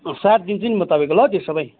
साटिदिन्छु नि म तपाईँको ल त्यो सबै